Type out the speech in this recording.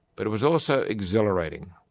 but it was also exhilarating.